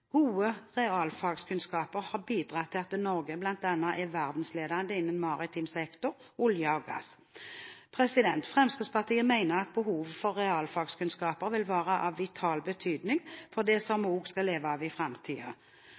Gode realfagskunnskaper har bidratt til at Norge bl.a. er verdensledende innen maritim sektor, olje og gass. Fremskrittspartiet mener at behovet for realfagskunnskaper vil være av vital betydning for det som vi også skal leve av i